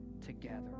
together